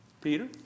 Peter